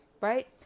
right